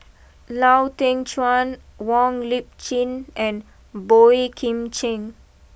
Lau Teng Chuan Wong Lip Chin and Boey Kim Cheng